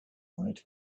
might